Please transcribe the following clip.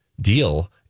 deal